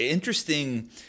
interesting